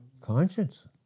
Conscience